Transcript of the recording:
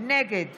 נגד